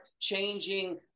changing